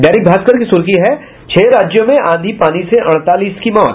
दैनिक भास्कर की सुर्खी है छह राज्यों में आंधी पानी से अड़तालीस की मौत